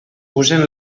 usen